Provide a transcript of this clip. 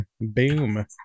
boom